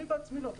אני בעצמי לא יודע.